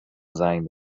زنگ